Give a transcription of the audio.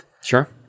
Sure